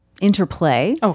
interplay